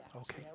okay